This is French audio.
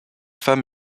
femme